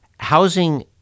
Housing